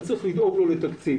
צריך לדאוג לו לתקציב.